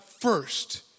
first